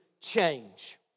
change